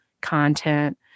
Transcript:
content